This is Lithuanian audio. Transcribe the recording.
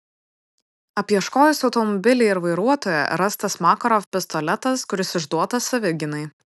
apieškojus automobilį ir vairuotoją rastas makarov pistoletas kuris išduotas savigynai